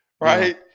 Right